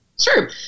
Sure